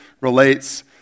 relates